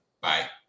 Bye